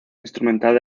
instrumental